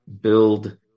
build